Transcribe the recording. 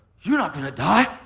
you're not going to die.